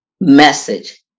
message